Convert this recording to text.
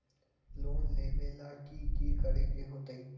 Loan लेबे ला की कि करे के होतई?